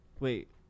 Wait